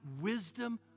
wisdom